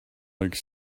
like